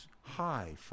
high